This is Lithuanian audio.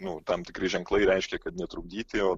nu tam tikri ženklai reiškia kad netrukdyti o